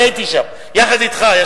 אני הייתי שם יחד אתך.